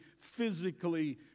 physically